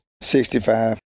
Sixty-five